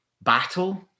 battle